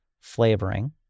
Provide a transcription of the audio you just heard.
Flavoring